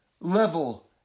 level